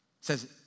says